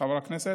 חבר הכנסת.